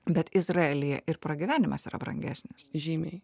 bet izraelyje ir pragyvenimas yra brangesnis žymiai